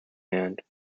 hand